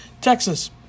Texas